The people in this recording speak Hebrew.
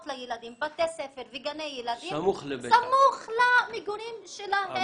לילדים בתי ספר וגני ילדים סמוך למגורים שלהם.